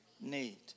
need